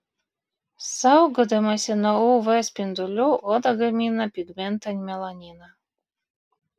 saugodamasi nuo uv spindulių oda gamina pigmentą melaniną